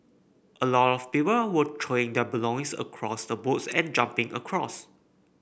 a lot of people were throwing their belongings across the boats and jumping across